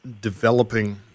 developing